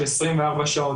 של 24 שעות,